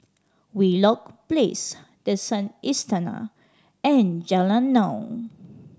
Wheelock Place The Sun Istana and Jalan Naung